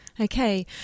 Okay